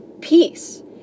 peace